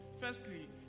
Firstly